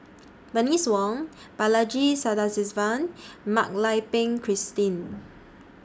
Bernice Wong Balaji Sadasivan and Mak Lai Peng Christine